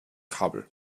kabel